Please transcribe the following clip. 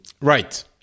right